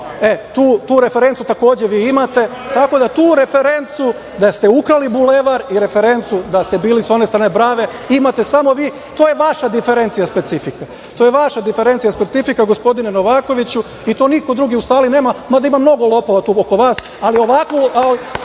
tu referencu takođe vi imate, tako da tu referencu da ste ukrali Bulevar i referencu da ste bili sa one strane brave imate samo vi. To je vaša diferencija specifika, to je vaša diferencija specifika, gospodine Novakoviću i to niko drugi u sali nema, mada ima mnogo lopova tu oko vas, ali vi